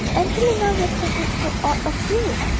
angelina will think it so odd of you.